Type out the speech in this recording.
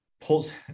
pulls